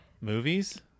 movies